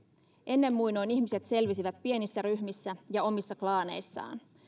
ennen muinoin ihmiset selvisivät pienissä ryhmissä ja omissa klaaneissaan